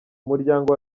umuryango